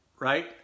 right